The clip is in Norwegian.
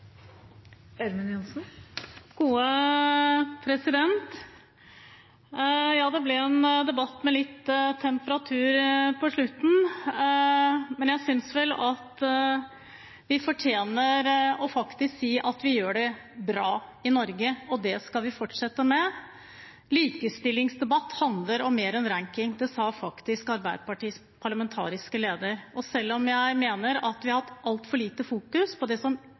Ørmen Johnsen har hatt ordet to ganger tidligere og får ordet til en kort merknad, begrenset til 1 minutt. Dette ble en debatt med litt temperatur på slutten, men jeg synes vel at vi faktisk fortjener å si at vi gjør det bra i Norge, og det skal vi fortsette med. Likestillingsdebatt handler om mer enn ranking. Det sa faktisk Arbeiderpartiets parlamentariske leder. Selv mener jeg at vi i denne debatten har fokusert altfor